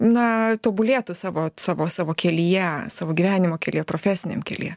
na tobulėtų savo savo savo kelyje savo gyvenimo kelyje profesiniam kelyje